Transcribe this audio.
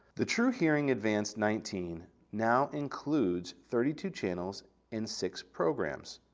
the truhearing advanced nineteen now includes thirty two channels and six programs,